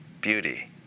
beauty